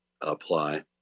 apply